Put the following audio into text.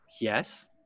yes